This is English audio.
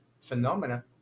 phenomena